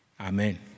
Amen